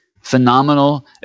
Phenomenal